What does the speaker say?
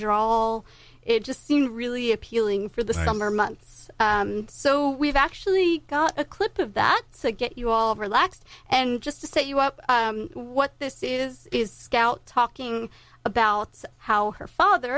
drawl it just seen really appealing for the summer months so we've actually got a clip of that said get you all relaxed and just to set you up what this is is scout talking about how her father